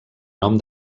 nom